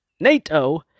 NATO